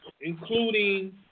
including